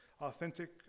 authentic